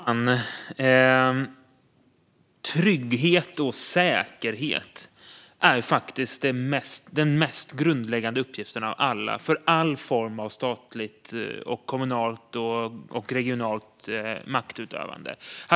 Fru talman! Trygghet och säkerhet är faktiskt det mest grundläggande för all form av statligt, kommunalt och regionalt maktutövande.